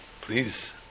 please